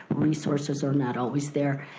resources are not always there.